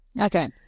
okay